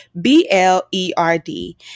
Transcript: B-L-E-R-D